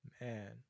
man